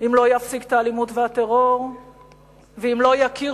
אם לא יפסיק את האלימות והטרור ואם לא יכיר